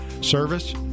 Service